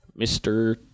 Mr